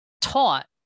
taught